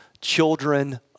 children